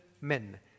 men